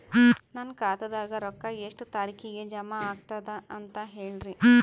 ನನ್ನ ಖಾತಾದಾಗ ರೊಕ್ಕ ಎಷ್ಟ ತಾರೀಖಿಗೆ ಜಮಾ ಆಗತದ ದ ಅಂತ ಹೇಳರಿ?